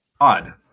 odd